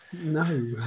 No